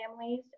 families